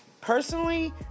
Personally